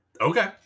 Okay